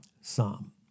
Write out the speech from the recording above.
psalm